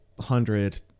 hundred